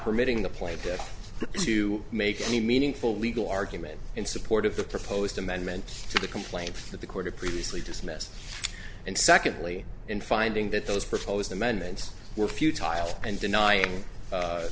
permitting the plaintiffs to make any meaningful legal argument in support of the proposed amendment to the complaint that the court of previously dismissed and secondly in finding that those proposed amendments were few tile and denying